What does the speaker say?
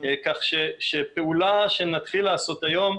כך שפעולה שנתחיל לעשות היום,